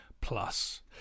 plus